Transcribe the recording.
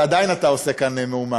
ועדיין אתה עושה כאן מהומה.